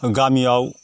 गामियाव